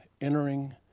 entering